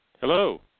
Hello